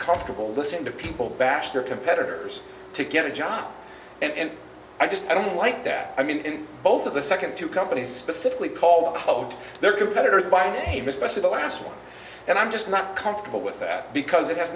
comfortable listening to people bashed their competitors to get a job and i just i don't like that i mean both of the second two companies specifically called hold their competitors by name especially the last one and i'm just not comfortable with that because it has